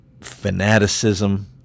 fanaticism